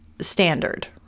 standard